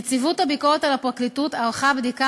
נציבות הביקורת על הפרקליטות ערכה בדיקה